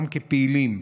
גם כפעילים,